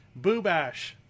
Boobash